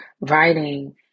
writing